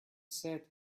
said